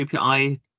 API